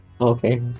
Okay